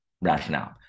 rationale